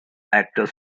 actors